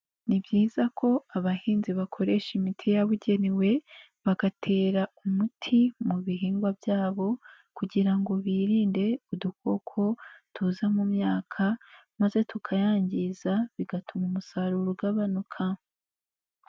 Ni byiza ko abahinzi bakoresha imiti yababugenewe bagatera umuti mu bihingwa byabo kugira ngo birinde udukoko tuza mu myaka maze tukayangiza bigatuma umusaruro ugabanuka.